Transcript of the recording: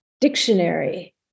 dictionary